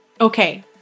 Okay